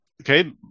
Okay